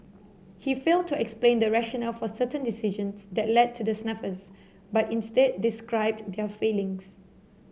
he failed to explain the rationale for certain decisions that led to the snafus but instead described their failings